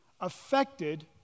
affected